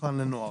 מבחן לנוער.